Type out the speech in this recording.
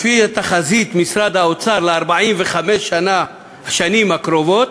לפי תחזית משרד האוצר ל-45 שנים הקרובות: